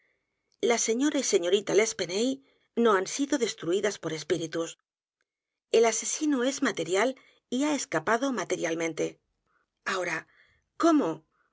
la señora y señorita l'espanaye no lian sido destruidas por espíritus el asesino es material y ha escapado materialmente ahora cómo